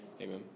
Amen